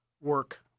work